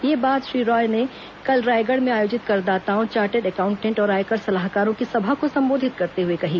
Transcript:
यह बात श्री राय ने कल रायगढ़ में आयोजित करदाताओं चार्टर्ड अकाउंटेंट और आयकर सलाहकारों की सभा को संबोधित करते हुए कही